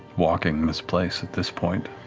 walking this place at this point.